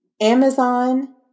Amazon